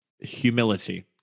humility